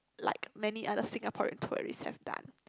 like many other Singaporean tourists have done